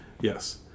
Yes